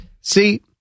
See